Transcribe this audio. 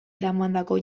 eramandako